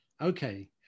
Okay